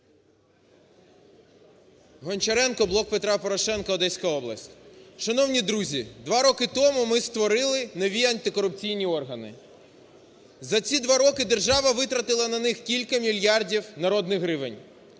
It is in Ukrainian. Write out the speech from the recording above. Гончаренко, "Блок Петра Порошенка", Одеська область. Шановні друзі, 2 роки тому ми створили нові антикорупційні органи. За ці 2 роки держава витратила на них кілька мільярдів народних гривень.